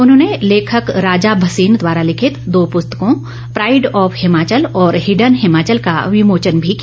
उन्होंने लेखक राजा भसीन द्वारा लिखित दो पुस्तकों प्राईड ऑफ हिमाचल और हीडन हिमाचल का विमोचन भी किया